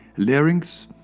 larynx.